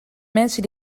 mensen